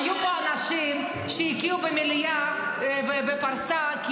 היו פה אנשים שהקיאו במליאה ובפרסה כי